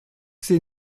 ses